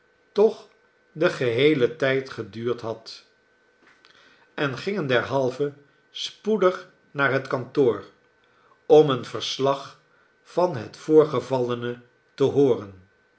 toch den geheelen tijd geduurd had en gingen derhalve spoedig naar het kantoor om een verslag van het voorgevallene te hooren